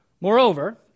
Moreover